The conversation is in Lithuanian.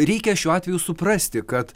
reikia šiuo atveju suprasti kad